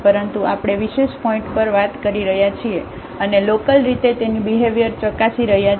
પરંતુ આપણે વિશેષ પોઇન્ટ પર વાત કરી રહ્યા છીએ અને લોકલરીતે તેની બિહેવ્યર ચકાસી રહ્યા છીએ